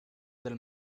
del